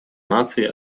наций